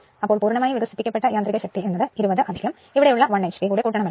അപ്പോൾ പൂർണമായി വികസിപ്പിക്കപ്പെട്ട യാന്ത്രിക ശക്തി എന്ന് ഉള്ളത് 20 ഇവിടെ ഉള്ള 1 hp കൂടെ കൂട്ടണമലോ